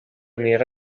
nera